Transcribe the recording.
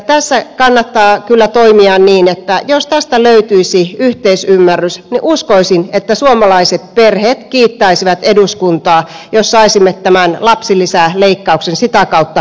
tässä kannattaa kyllä toimia niin jos tästä löytyisi yhteisymmärrys että saisimme tämän lapsilisäleikkauksen sitä kautta poistettua ja uskoisin että suomalaiset perheet kiittäisivät eduskuntaa jos saisimme tämän lapsilisäleikkauksen sitä kautta